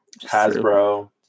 Hasbro